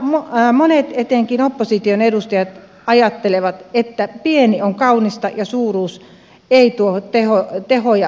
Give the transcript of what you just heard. täällä monet etenkin opposition edustajat ajattelevat että pieni on kaunista ja suuruus ei tuo tehoja sosiaali ja terveydenhuoltoon